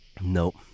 Nope